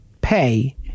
pay